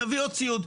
נביא עוד ציוד,